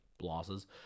losses